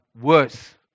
worse